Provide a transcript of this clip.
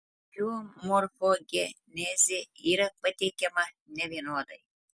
jų morfogenezė yra pateikiama nevienodai